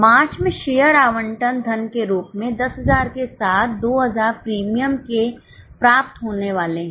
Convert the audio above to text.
मार्च में शेयर आवंटन धन के रूप में 10000 के साथ 2000 प्रीमियम के प्राप्त होने वाले हैं